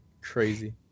crazy